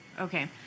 Okay